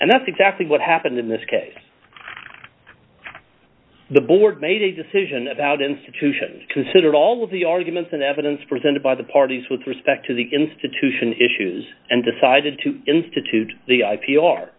and that's exactly what happened in this case the board made a decision about institution considered all of the arguments and evidence presented by the parties with respect to the institution issues and decided to institute the